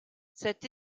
cette